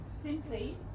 simply